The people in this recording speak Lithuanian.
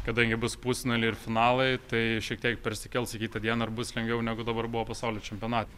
kadangi bus pusfinaliai ir finalai tai šiek tiek persikels į kitą dieną ir bus lengviau negu dabar buvo pasaulio čempionate